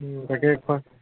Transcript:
তাকে